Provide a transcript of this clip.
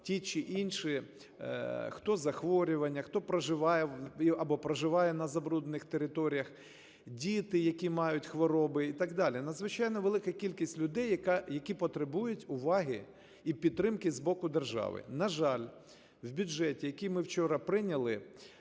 ті чи інші, хто захворювання, хто проживає… або проживає на забруднених територіях, діти, які мають хвороби, і так далі. Надзвичайно велика кількість людей, які потребують уваги і підтримки з боку держави. На жаль, в бюджеті, який ми вчора прийняли,